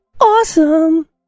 Awesome